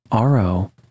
ro